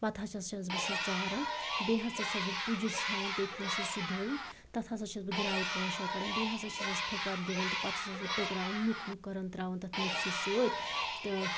پتہٕ ہسا چھَس بہٕ سۄ ژاران بیٚیہِ ہسا چھَس بہٕ پُجِس ہٮ۪وان تٔتھۍ نَسٕے سُہ ڈوٚم تَتھ ہسا چھَس بہٕ گرٛایہِ پانٛژھ شےٚ کڑان بیٚیہِ ہسا چھَسس فُکَر دِوان تہٕ پتہٕ چھَسس سُہ ٹُکراوان نیُک نیُک کَران تراوان تَتھ میٚتھِ سۭتۍ سۭتۍ تہٕ